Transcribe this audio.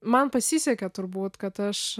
man pasisekė turbūt kad aš